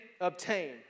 obtain